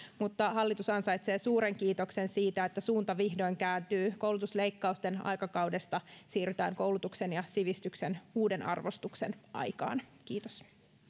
mutta hallitus ansaitsee suuren kiitoksen siitä että suunta vihdoin kääntyy koulutusleikkausten aikakaudesta siirrytään koulutuksen ja sivistyksen uuden arvostuksen aikaan kiitos